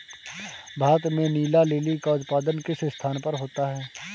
भारत में नीला लिली का उत्पादन किस स्थान पर होता है?